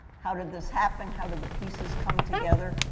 how did this happen? how did the pieces come together?